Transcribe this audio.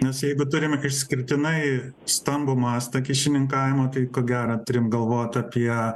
nes jeigu turim išskirtinai stambų mastą kyšininkavimą tai ko gero turim galvot apie